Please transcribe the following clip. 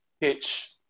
pitch